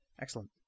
Excellent